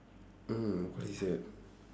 mm holy shit